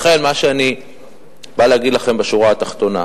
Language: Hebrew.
לכן מה שאני בא להגיד לכם בשורה התחתונה,